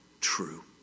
true